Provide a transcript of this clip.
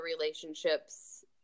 relationships